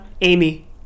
Amy